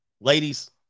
ladies